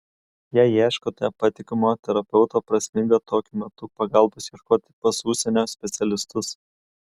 jei ieškote patikimo terapeuto prasminga tokiu metu pagalbos ieškoti pas užsienio specialistus